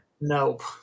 Nope